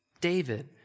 David